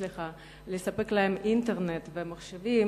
סליחה, לספק להם אינטרנט ומחשבים,